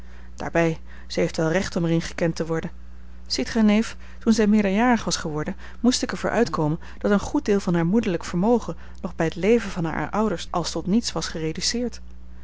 daarbij zij heeft wel recht om er in gekend te worden ziet gij neef toen zij meerderjarig was geworden moest ik er voor uitkomen dat een goed deel van haar moederlijk vermogen nog bij t leven van hare ouders als tot niets was gereduceerd